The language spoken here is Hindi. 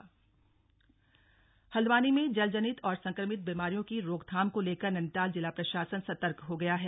सर्तकता हल्द्वानी में जल जनित और संक्रमित बीमारियों की रोकथाम को लेकर नैनीताल जिला प्रशासन सतर्क हो गया है